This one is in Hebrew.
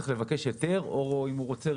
צריך לבקש היתר או אם הוא רוצה,